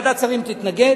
ועדת השרים תתנגד,